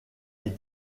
est